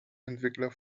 entwickler